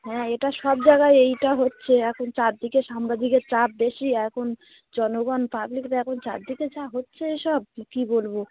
হ্যাঁ এটা সব জায়গায় এটা হচ্ছে এখন চারদিকে সাংবাদিকের চাপ বেশি এখন জনগণ পাবলিকদের এখন চারদিকে যা হচ্ছে এসব কী বলব